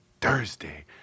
Thursday